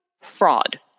fraud